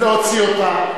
להוציא אותה.